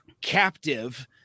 captive